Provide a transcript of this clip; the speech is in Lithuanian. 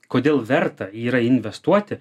kodėl verta yra į jį investuoti